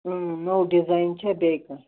اۭں نو ڈِزایِن چھا بیٚیہِ کانٛہہ